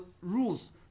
rules